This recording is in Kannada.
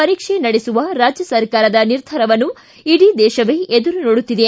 ಪರೀಕ್ಷೆ ನಡೆಸುವ ರಾಜ್ಯ ಸರ್ಕಾರದ ನಿರ್ಧಾರವನ್ನು ಇಡೀ ದೇಶವೇ ಎದುರು ನೋಡುತ್ತಿದೆ